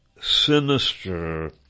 sinister